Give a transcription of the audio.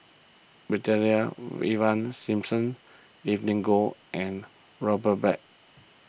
Brigadier Ivan Simson Evelyn Goh and Robert Black